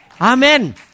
Amen